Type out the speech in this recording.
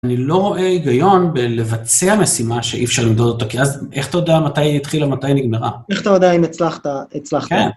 אני לא רואה היגיון בלבצע משימה שאי אפשר למדוד אותה, כי אז איך אתה יודע מתי היא התחילה, מתי נגמרה? -איך אתה יודע אם הצלחת, הצלחת? -כן